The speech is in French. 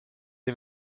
les